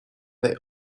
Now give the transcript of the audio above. they